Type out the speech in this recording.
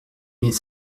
mais